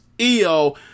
eo